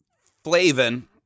Flavin